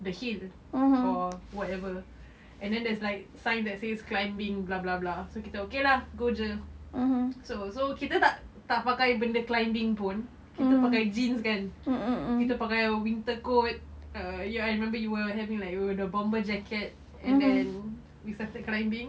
the hill or whatever and there's like signs that say climbing blah blah blah so kita okay lah go jer so so kita tak tak pakai benda climbing pun kita pakai jeans kan kita pakai winter coat uh you I remember you were having like the bomber jacket and then we started climbing